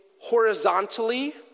horizontally